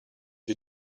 you